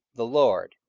the lord,